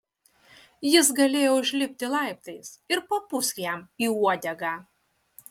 jis galėjo užlipti laiptais ir papūsk jam į uodegą